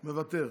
מוותר,